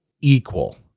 equal